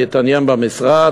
אני אתעניין במשרד,